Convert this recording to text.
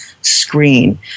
screen